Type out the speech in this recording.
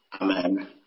Amen